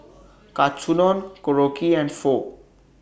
Katsudon Korokke and Pho